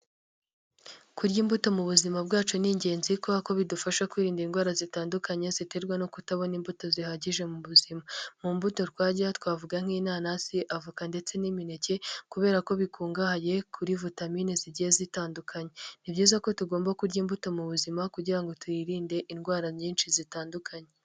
Kurya imbuto mu buzima bwacu ni ingenzi, kubera ko bidufasha kwirinda indwara zitandukanye ziterwa no kutabona imbuto zihagije mu buzima. Mu mbuto twajya twavuga nk'inanasi, avoka, ndetse n'imineke, kubera ko bikungahaye kuri vitamine zigiye zitandukanye. Ni byiza ko tugomba kurya imbuto mu buzima, kugira ngo twirinde indwara nyinshi zitandukanye.